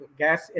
gas